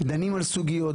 דנים על סוגיות,